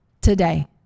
today